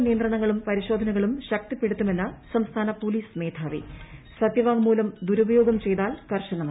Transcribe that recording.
കേരളത്തിൽ നിയന്ത്രണങ്ങളും പരിശോധനകളും ശക്തിപ്പെടുത്തുമെന്ന് സംസ്ഥാന പോലീസ് മേധാവി സത്യവാംങ്മൂലം ദുരുപയോഗം ചെയ്താൽ കർശന നടപടി